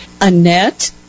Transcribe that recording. Annette